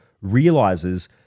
realizes